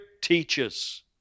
teaches